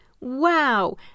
wow